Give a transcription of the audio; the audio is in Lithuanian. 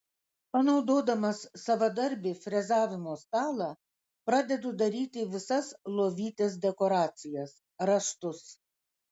panaudodamas savadarbį frezavimo stalą pradedu daryti visas lovytės dekoracijas raštus